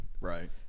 right